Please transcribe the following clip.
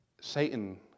Satan